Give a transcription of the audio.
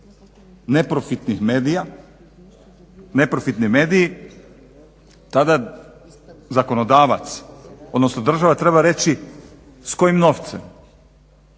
neprofitnih medija, neprofitni mediji, tada zakonodavac, odnosno država treba reći s kojim novcem,